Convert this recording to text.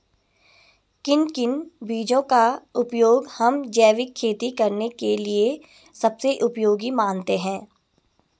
किन किन बीजों का उपयोग हम जैविक खेती करने के लिए सबसे उपयोगी मानते हैं?